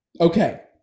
Okay